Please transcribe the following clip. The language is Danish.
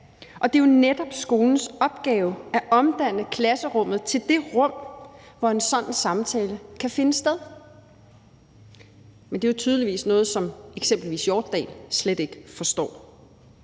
og det er jo netop skolens opgave at omdanne klasserummet til det rum, hvor en sådan samtale kan finde sted. Men det er jo tydeligvis noget, som eksempelvis Hjortdal slet ikke forstår.